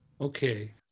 Okay